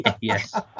Yes